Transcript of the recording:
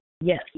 Yes